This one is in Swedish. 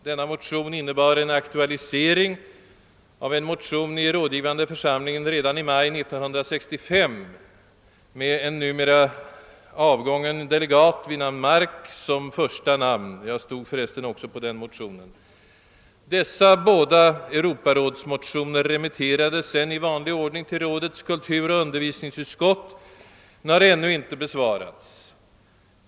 Denna motion innebar en aktualisering av en motion i rådgivande församlingen från maj 1965 med en numera avgången delegat vid namn Mark som första namn. Jag hade för resten också undertecknat denna motion. Dessa båda Europarådsmotioner remitterades i vanlig ordning till rådets kulturoch undervisningsutskott men har ännu inte besvarats.